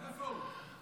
איפה הוא?